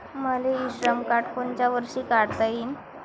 मले इ श्रम कार्ड कोनच्या वर्षी काढता येईन?